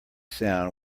sound